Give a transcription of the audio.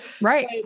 Right